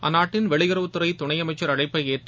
அந்நாட்டின் வெளியுறவுத்துறை துணை அமைச்சர் அழைப்பை ஏற்று